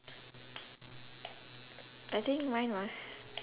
I think mine was